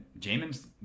Jamin's